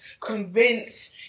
convince